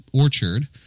orchard